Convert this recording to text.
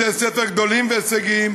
בתי ספר גדולים והישגיים,